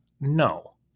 No